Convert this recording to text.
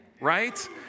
right